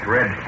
Red